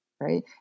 right